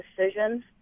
decisions